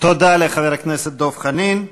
לחבר הכנסת דב חנין.